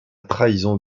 trahison